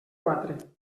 quatre